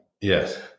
Yes